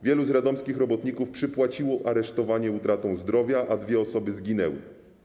Wielu z radomskich robotników przypłaciło aresztowanie utratą zdrowia, a dwie osoby zginęły.